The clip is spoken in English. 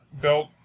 Belt